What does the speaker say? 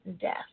death